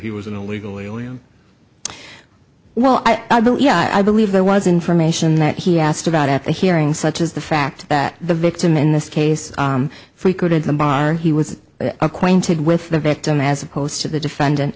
he was an illegal well i believe i believe there was information that he asked about at the hearing such as the fact that the victim in this case frequented the bar he was acquainted with the victim as opposed to the defendant